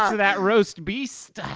um that roast beast.